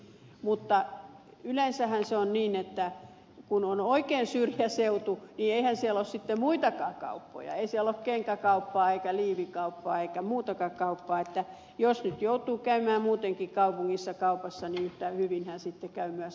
mutta yleensähän se on niin että kun on oikein syrjäseutu niin eihän siellä ole sitten muitakaan kauppoja ei siellä ole kenkäkauppaa eikä liivikauppaa eikä muutakaan kauppaa joten jos nyt joutuu käymään muutenkin kaupungissa kaupassa niin hyvinhän sitten käy myös apteekissa